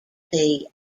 faculty